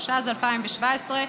התשע"ז 2017,